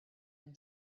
and